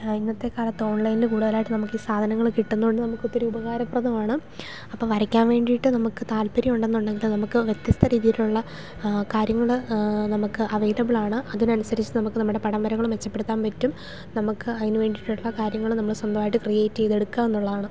ഇന്നത്തെ കാലത്ത് ഓൺലൈനിൽ കൂടുതലായിട്ട് നമുക്ക് ഈ സാധനങ്ങൾ കിട്ടുന്നതുകൊണ്ട് നമുക്ക് ഒത്തിരി ഉപകാരപ്രദമാണ് അപ്പോൾ വരക്കാൻ വേണ്ടിയിട്ട് നമുക്ക് താല്പര്യം ഉണ്ടെന്നുണ്ടെങ്കിൽ നമുക്ക് വ്യത്യസ്ത രീതിയിലുള്ള കാര്യങ്ങൾ നമുക്ക് അവൈലബിളാണ് അതിനനുസരിച്ച് നമുക്ക് നമ്മുടെ പടം വരകളും മെച്ചപ്പെടുത്താൻ പറ്റും നമുക്ക് അതിനുവേണ്ടിയിട്ടുള്ള കാര്യങ്ങൾ നമ്മൾ സ്വന്തമായിട്ട് ക്രിയേറ്റ് ചെയ്തെടുക്കുക എന്നുള്ളതാണ്